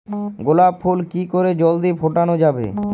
গোলাপ ফুল কি করে জলদি ফোটানো যাবে?